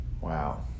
Wow